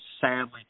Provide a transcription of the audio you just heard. sadly